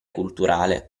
culturale